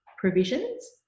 provisions